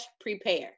prepare